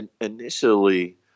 initially